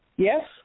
Yes